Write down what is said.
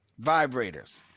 Vibrators